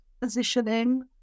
positioning